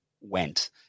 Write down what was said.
went